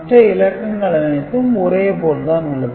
மற்ற இலக்கங்கள் அனைத்தும் ஒரே போல் தான் உள்ளது